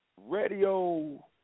Radio